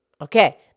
Okay